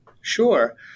Sure